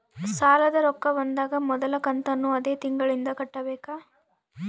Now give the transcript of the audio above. ಸಾಲದ ರೊಕ್ಕ ಬಂದಾಗ ಮೊದಲ ಕಂತನ್ನು ಅದೇ ತಿಂಗಳಿಂದ ಕಟ್ಟಬೇಕಾ?